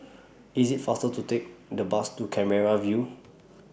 IT IS faster to Take The Bus to Canberra View